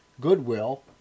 goodwill